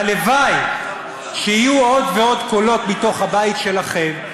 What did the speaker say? והלוואי שיהיו עוד ועוד קולות מתוך הבית שלכם,